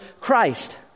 Christ